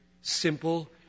simple